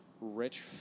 rich